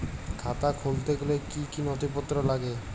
খাতা খুলতে গেলে কি কি নথিপত্র লাগে?